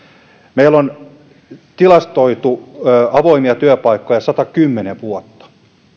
meillä on tilastoitu avoimia työpaikkoja satakymmentä vuotta